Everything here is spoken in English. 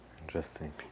interesting